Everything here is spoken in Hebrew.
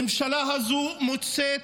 הממשלה הזו מוצאת